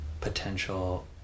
potential